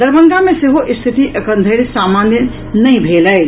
दरभंगा मे सेहो स्थिति एखन धरि सामान्य नहि भेल अछि